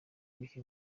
biha